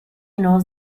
knows